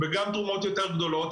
וגם תרומות יותר גדולות,